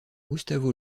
gustavo